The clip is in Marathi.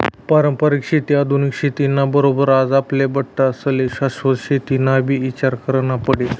पारंपरिक शेती आधुनिक शेती ना बरोबर आज आपले बठ्ठास्ले शाश्वत शेतीनाबी ईचार करना पडी